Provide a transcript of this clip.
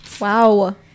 wow